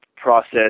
Process